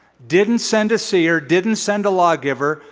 didn't send a seer, didn't send a law giver.